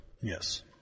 Yes